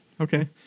Okay